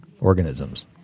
organisms